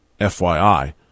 FYI